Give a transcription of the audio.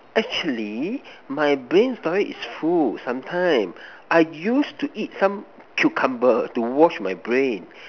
actually my brain storage is full sometimes I used to eat some cucumber to wash my brain